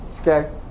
Okay